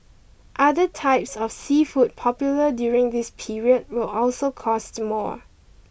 other types of seafood popular during this period will also cost more